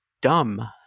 dumb